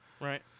Right